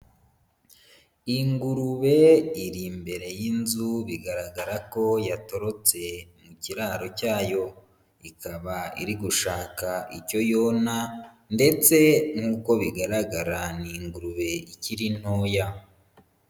Ingurube iri imbere y'inzu bigaragara ko yatorotse mu kiraro cyayo. Ikaba iri gushaka icyo yona ndetse nk'uko bigaragara ni ingurube ikiri ntoya.